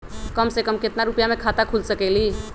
कम से कम केतना रुपया में खाता खुल सकेली?